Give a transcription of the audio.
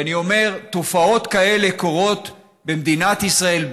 ואני אומר: תופעות כאלה קורות במדינת ישראל,